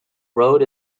road